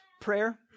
prayer